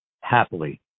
happily